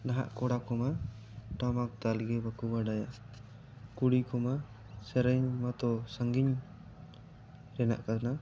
ᱱᱟᱦᱟᱜ ᱠᱚᱲᱟ ᱠᱚᱢᱟ ᱴᱟᱢᱟᱠ ᱫᱟᱞ ᱜᱮ ᱵᱟᱠᱚ ᱵᱟᱲᱟᱭᱟ ᱠᱩᱲᱤ ᱠᱚᱢᱟ ᱥᱮᱨᱮᱧ ᱢᱟᱛᱚ ᱥᱟᱺᱜᱤᱧ ᱨᱮᱱᱟᱜ ᱠᱟᱱᱟ